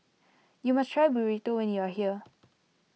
you must try Burrito when you are here